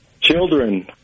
Children